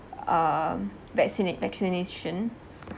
um vaccinate vaccination